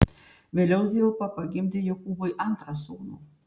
vėliau zilpa pagimdė jokūbui antrą sūnų